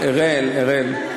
אראל.